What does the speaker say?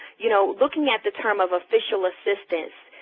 you know, looking at the term of official assistance,